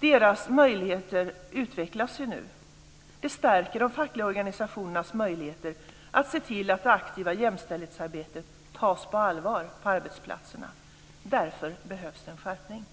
Den stärker de fackliga organisationernas möjligheter att se till att det aktiva jämställdhetsarbetet tas på allvar på arbetsplatserna. Därför behövs det en skärpning.